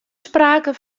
sprake